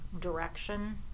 direction